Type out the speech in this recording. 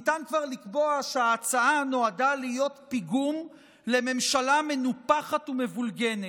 ניתן כבר לקבוע שההצעה נועדה להיות פיגום לממשלה מנופחת ומבולגנת,